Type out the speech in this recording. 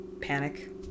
panic